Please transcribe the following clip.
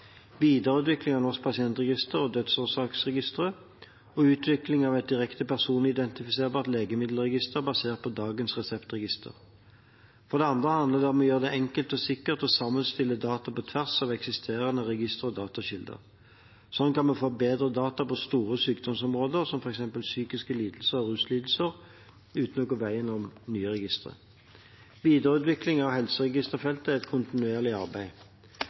videreutvikling av Norsk pasientregister og Dødsårsaksregisteret, og utvikling av et direkte personidentifiserbart legemiddelregister – basert på dagens Reseptregisteret. For det andre handler det om å gjøre det enkelt og sikkert å sammenstille data på tvers av eksisterende registre og datakilder. Slik kan vi få bedre data på store sykdomsområder som f.eks. psykiske lidelser og ruslidelser uten å gå veien om nye registre. Videreutvikling av helseregisterfeltet er et kontinuerlig arbeid.